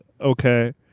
okay